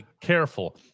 careful